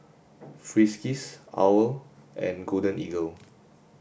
Friskies OWL and Golden Eagle